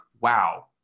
wow